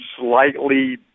slightly